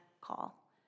call